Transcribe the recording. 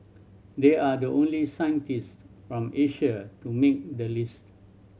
they are the only scientist from Asia to make the list